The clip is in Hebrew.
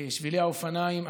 שבילי האופניים,